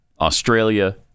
Australia